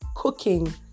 cooking